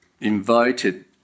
invited